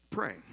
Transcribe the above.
Pray